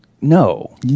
No